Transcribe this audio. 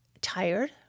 tired